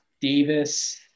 Davis